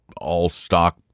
all-stock